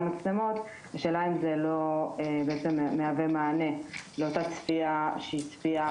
מצלמות השאלה אם זה לא מהווה מענה לאותה צפייה שהיא צפייה און-ליין?